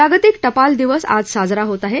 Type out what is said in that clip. जागतिक टपाल दिवस आज साजरा होत आहे